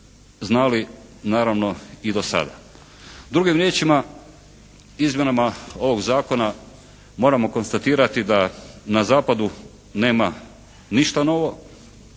znali naravno i do sada. Drugim riječima izmjenama ovog zakona moramo konstatirati da na zapadu nema ništa novo.